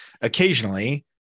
Occasionally